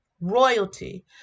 Royalty